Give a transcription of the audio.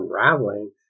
unraveling